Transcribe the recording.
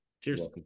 Cheers